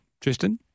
Tristan